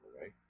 right